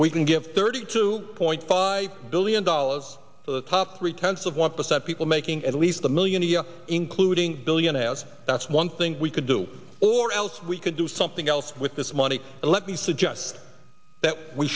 we can give thirty two point five billion dollars for the top three tenths of one percent people making at least a million a year including billionaire as that's one thing we could do or else we could do something else with this money and let me suggest that we